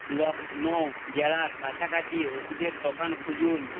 লখনৌ জেলার কাছাকাছি ওষুধের দোকান খুঁজুন